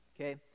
Okay